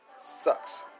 Sucks